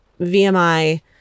vmi